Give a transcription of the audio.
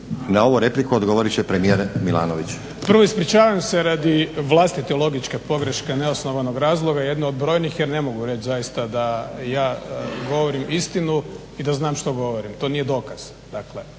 Na ovu repliku odgovorit će premijer Milanović. **Milanović, Zoran (SDP)** Prvo ispričavam se radi vlastite logičke pogreške neosnovanog razloga jedne od brojnih jer ne mogu reći da zaista ja govorim istinu i da znam što govorim, to nije dokaz.